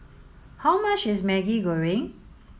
how much is Maggi Goreng